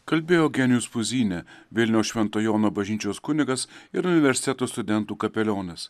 kalbėjo eugenijus puzynė vilniaus švento jono bažnyčios kunigas ir universiteto studentų kapelionas